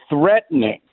threatening